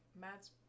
Mads